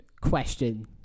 question